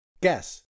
guess